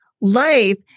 life